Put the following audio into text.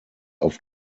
auf